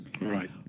Right